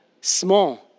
small